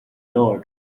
lord